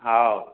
ହଉ